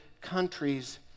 countries